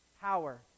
power